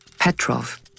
Petrov